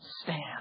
Stand